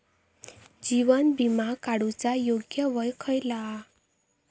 जीवन विमा काडूचा योग्य वय खयला?